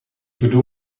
verdoe